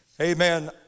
Amen